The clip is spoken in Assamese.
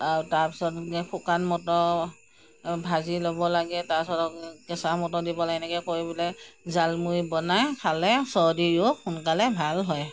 আৰ তাৰপিছত এনেকৈ শুকান মটৰ ভাজি ল'ব লাগে তাৰপিছত আকৌ কেঁচা মটৰ দিব লাগে এনেকৈ কৰি পেলাই জালমুড়ী বনাই খালে চৰ্দি ৰোগ সোনকালে ভাল হয়